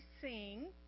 sing